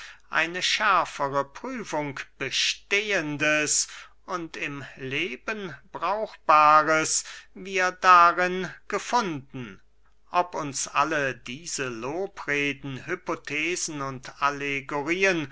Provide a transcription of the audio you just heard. eine schärfere prüfung bestehendes und im leben brauchbares wir darin gefunden ob uns alle diese lobreden hypothesen und allegorien